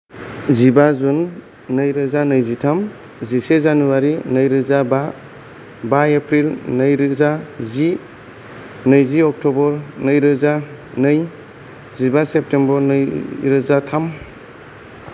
जिबा जुन नैरोजा नैजिथाम जिसे जानुवारि नैरोजा बा बा एप्रिल नैरोजा जि नैजि अक्ट'बर नैरोजा नै जिबा सेप्तेम्बर नैरोजा थाम